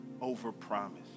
over-promise